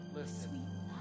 Listen